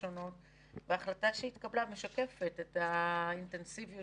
ההחלטה שהתקבלה משקפת את האינטנסיביות